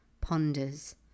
ponders